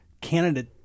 candidate